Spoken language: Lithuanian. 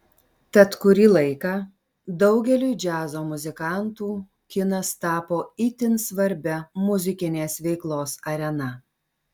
tad kurį laiką daugeliui džiazo muzikantų kinas tapo itin svarbia muzikinės veiklos arena